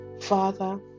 father